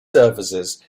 services